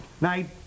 night